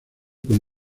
con